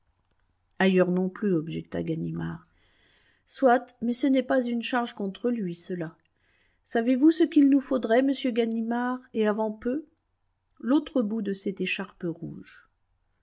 ailleurs non plus objecta ganimard soit mais ce n'est pas une charge contre lui cela savez-vous ce qu'il nous faudrait monsieur ganimard et avant peu l'autre bout de cette écharpe rouge